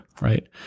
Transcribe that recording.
right